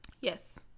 Yes